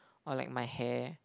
or like my hair